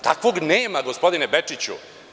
Takvog nema, gospodine Bečiću.